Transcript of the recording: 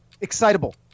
Excitable